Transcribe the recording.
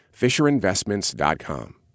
FisherInvestments.com